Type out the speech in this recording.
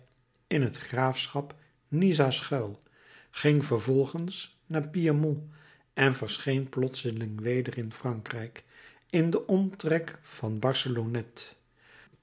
in het graafschap nizza schuil ging vervolgens naar piémont en verscheen plotseling weder in frankrijk in den omtrek van barcelonnette